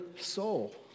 soul